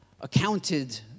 accounted